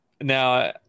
now